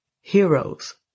heroes